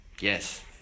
Yes